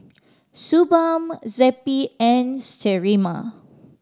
Suu Balm Zappy and Sterimar